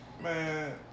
Man